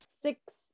six